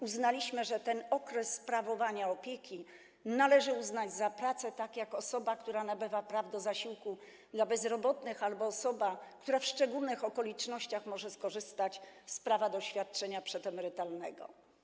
Uznaliśmy, że ten okres sprawowania opieki należy uznać za pracę i osoby te nabywają te prawa tak jak osoba, która nabywa prawo do zasiłku dla bezrobotnych, albo osoba, która w szczególnych okolicznościach może skorzystać z prawa do świadczenia przedemerytalnego.